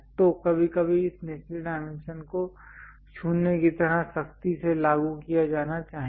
तो कभी कभी इस निचले डायमेंशन को 0 की तरह सख्ती से लागू किया जाना चाहिए